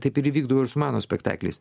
taip ir įvykdavo ir su mano spektakliais